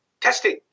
testing